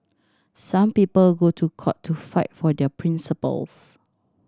some people go to court to fight for their principles